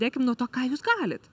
pradėkim nuo to ką jūs galit